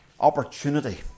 opportunity